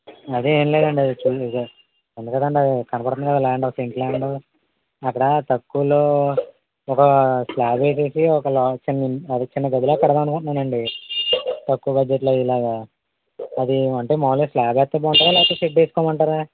అదీ ఏం లేదండి అదిగోనండీ కనపడుతుంది కదా ల్యాండ్ ఆ సెంటు ల్యాండు అక్కడా తక్కువలో ఒక స్లాబ్ వేసి ఒక చి ఒ అది చిన్న గదిలా కడదాం అనుకుంటున్నానండి తక్కువ బడ్జెట్లో ఇలాగ అది అంటే మామూలుగా స్లాబ్ వేస్తే బాగుంటుందా లేకపోతే షెడ్ వేసుకోమంటారా